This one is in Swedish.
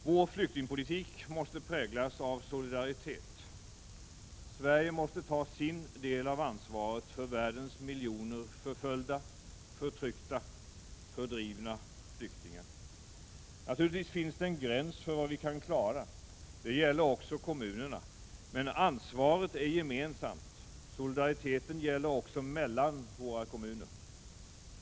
Vår flyktingpolitik måste präglas av solidaritet. Sverige måste ta sin del av ansvaret för världens miljoner förföljda, förtryckta, fördrivna flyktingar. Naturligtvis finns det en gräns för vad vi kan klara. Det gäller också kommunerna. Men ansvaret är gemensamt, solidariteten gäller också mellan våra kommuner.